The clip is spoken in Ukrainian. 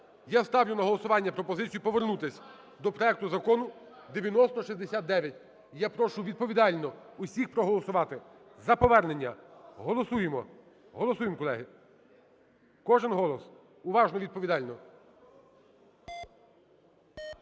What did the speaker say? я ставлю на голосування пропозицію повернутись до проекту Закону 9069 і я прошу відповідально всіх проголосувати. За повернення голосуємо. Голосуємо, колеги, кожен голос, уважно, відповідально.